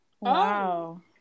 Wow